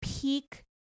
peak